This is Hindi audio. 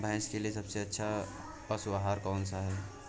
भैंस के लिए सबसे अच्छा पशु आहार कौन सा है?